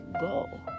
Go